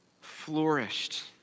flourished